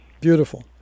Beautiful